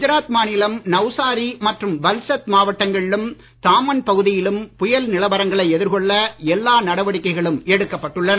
குஜராத் மாநிலம் நவ்சாரி மற்றும் வல்சத் மாவட்டங்களிலும் தாமன் பகுதியிலும் புயல் நிலவரங்களை எதிர்கொள்ள எல்லா நடவடிக்கைகளும் எடுக்கப்பட்டுள்ளன